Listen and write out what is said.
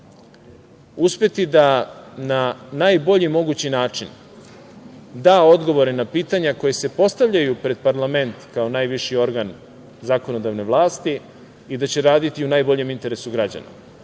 uspeti da na najbolji mogući način da odgovore na pitanja koja se postavljaju pred parlament kao najviši organ zakonodavne vlasti i da će raditi u najboljem interesu građana.